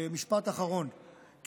משפט אחרון,